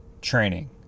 training